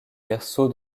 verso